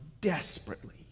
desperately